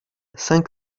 cinq